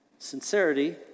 sincerity